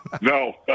No